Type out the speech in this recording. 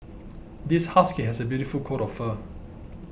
this husky has a beautiful coat of fur